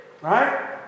right